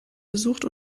besucht